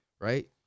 right